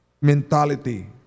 mentality